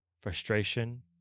frustration